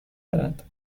دارد